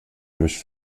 durch